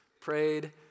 prayed